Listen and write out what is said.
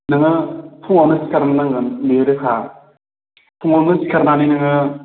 नोङो फुंआवनो सिखारनो नांगोन बियो रोखा फुंआवनो सिखारनानै नोङो